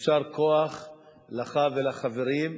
יישר כוח לך ולחברים,